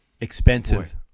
Expensive